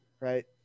right